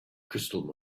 crystal